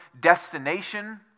destination